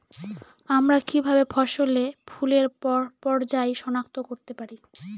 আমরা কিভাবে ফসলে ফুলের পর্যায় সনাক্ত করতে পারি?